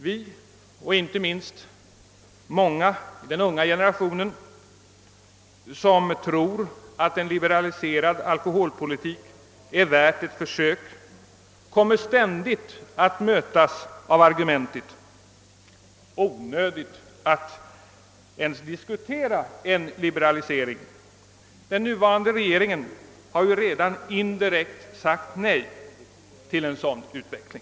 Vi — och inte minst många i den unga generationen — som tror att en liberaliserad alkoholpolitik vore värd ett försök kommer ständigt att mötas av argumentet: Onödigt att ens diskutera en liberalisering — den nuvarande regeringen har redan indirekt sagt nej till en sådan utveckling.